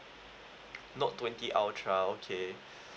note twenty ultra okay